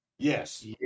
Yes